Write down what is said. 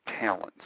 talents